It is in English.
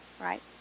right